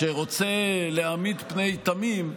שרוצה להעמיד פני תמים,